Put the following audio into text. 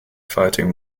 fighting